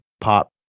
pop